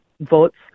votes